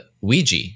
Ouija